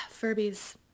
furbies